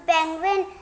Penguin